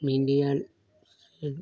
media से